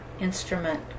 instrument